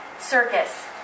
Circus